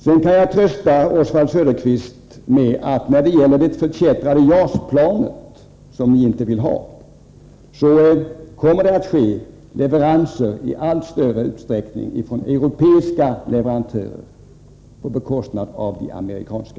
Jag kan trösta Oswald Söderqvist med att när det gäller det förkättrade JAS-planet, som ni inte vill ha, så kommer leveranserna i allt större utsträckning att utgå från europeiska leverantörer, på bekostnad av de amerikanska.